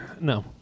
no